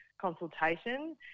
consultation